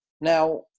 Now